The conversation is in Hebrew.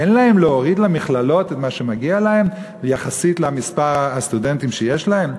אין להם להוריד למכללות את מה שמגיע להן יחסית למספר הסטודנטים שיש להן?